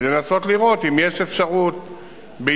כדי לנסות לראות אם יש אפשרות להגיע,